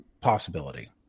possibility